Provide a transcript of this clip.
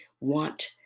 want